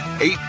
eight